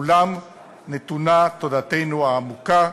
לכולם נתונה תודתנו העמוקה.